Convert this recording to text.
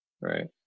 Right